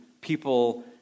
people